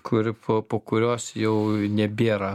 kuri po po kurios jau nebėra